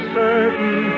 certain